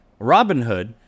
Robinhood